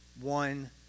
one